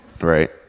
Right